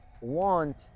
want